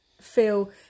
feel